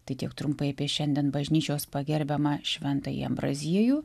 tai tiek trumpai apie šiandien bažnyčios pagerbiamą šventąjį ambraziejų